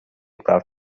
прав